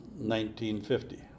1950